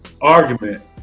argument